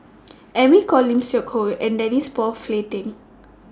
Amy Khor Lim Seok Hui and Denise Phua Flay Teng